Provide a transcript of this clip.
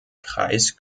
kreis